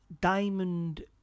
diamond